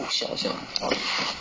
我想想